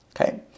okay